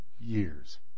years